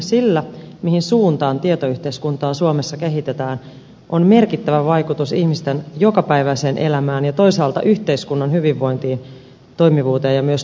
sillä mihin suuntaan tietoyhteiskuntaa suomessa kehitetään on merkittävä vaikutus ihmisten jokapäiväiseen elämään ja toisaalta yhteiskunnan hyvinvointiin toimivuuteen ja myös turvallisuuteen